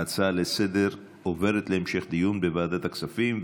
ההצעה לסדר-היום עוברת להמשך דיון בוועדת הכספים.